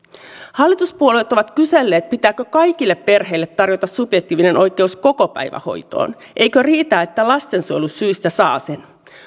hallituspuolueet ovat kyselleet pitääkö kaikille perheille tarjota subjektiivinen oikeus kokopäivähoitoon ja eikö riitä että lastensuojelusyistä saa sen